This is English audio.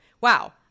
Wow